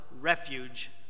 refuge